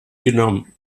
genommen